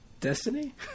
Destiny